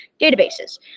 databases